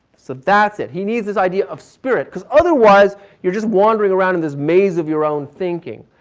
so that's it. he needs this idea of spirit because otherwise you're just wondering around in this maze of your own, thinking.